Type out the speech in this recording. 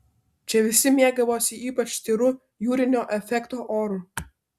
čia visi mėgavosi ypač tyru jūrinio efekto oru